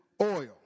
oil